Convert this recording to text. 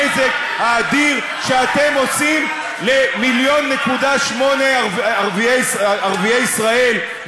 הנזק האדיר שאתם עושים ל-1.8 מיליון ערביי ישראל,